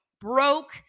broke